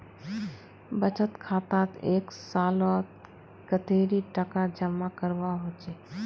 बचत खातात एक सालोत कतेरी टका जमा करवा होचए?